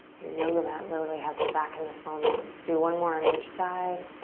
your yoga mat literally has your back in this moment. let's do one more on each side.